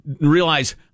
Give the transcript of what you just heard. realize